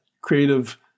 creative